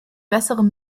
bessere